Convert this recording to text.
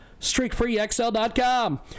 StreakFreeXL.com